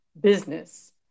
business